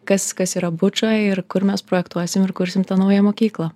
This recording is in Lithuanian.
kas kas yra buča ir kur mes projektuosim ir kursim tą naują mokyklą